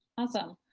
awesome.